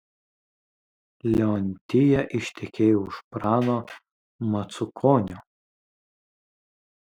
leontija ištekėjo už prano macukonio